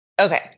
Okay